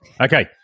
Okay